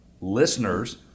listeners—